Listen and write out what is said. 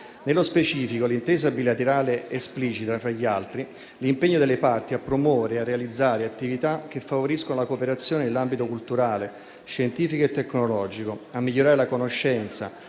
Nello specifico, l'intesa bilaterale esplicita, tra gli altri, l'impegno delle parti a promuovere e a realizzare attività che favoriscono la cooperazione nell'ambito culturale, scientifico e tecnologico; a migliorare la conoscenza